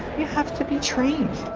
you have to be trained.